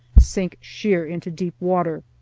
sink sheer into deep water.